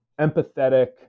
empathetic